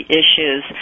issues